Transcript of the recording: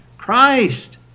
Christ